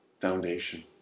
foundation